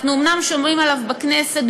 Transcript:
אנחנו אומנם שומעים עליו בכנסת,